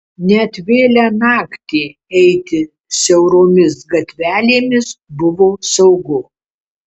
net vėlią naktį eiti siauromis gatvelėmis buvo saugu